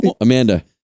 Amanda